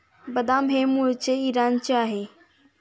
बदाम हे मूळचे इराणचे आहे